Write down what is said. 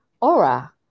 aura